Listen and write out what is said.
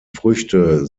früchte